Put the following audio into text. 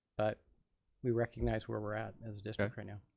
but we recognize where we're at as a distract right now.